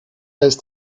ist